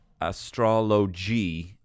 Astrology